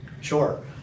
Sure